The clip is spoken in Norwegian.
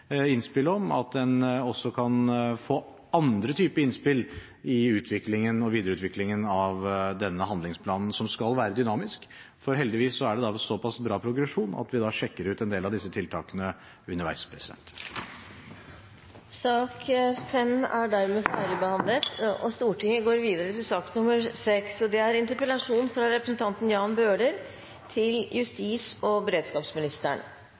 om at en også kan få andre typer innspill i videreutviklingen av denne handlingsplanen, som skal være dynamisk. Heldigvis er det så pass bra progresjon at vi sjekker ut en del av disse tiltakene underveis. Sak nr. 5 er dermed ferdigbehandlet. Det er grunnleggende i samfunnet vårt at barn og unge skal ha rett til trygge oppvekstsvilkår på skolen, i skolegården og